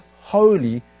holy